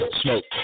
smoke